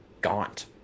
gaunt